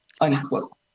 unquote